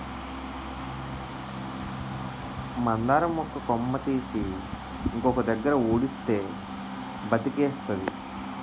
మందార మొక్క కొమ్మ తీసి ఇంకొక దగ్గర ఉడిస్తే బతికేస్తాది